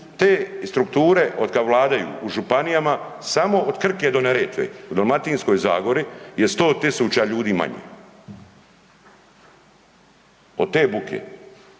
te strukture od kad vladaju u županijama, samo od Krke do Neretve, u Dalmatinskoj zagori je 100 tisuća ljudi manje. Od te buke